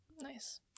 nice